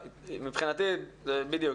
בדיוק.